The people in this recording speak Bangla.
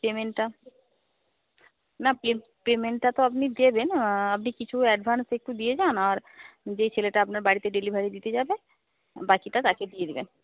পেমেন্টটা না পে পেমেন্টটা তো আপনি দেবেন আপনি কিছু অ্যাডভান্স একটু দিয়ে যান আর যে ছেলেটা আপনার বাড়িতে ডেলিভারি দিতে যাবে বাকিটা তাকে দিয়ে দেবেন